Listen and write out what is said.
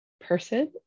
person